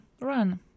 run